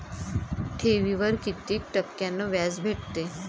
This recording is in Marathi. ठेवीवर कितीक टक्क्यान व्याज भेटते?